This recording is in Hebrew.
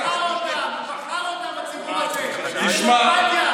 הציבור הזה בחר אותם.